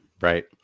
Right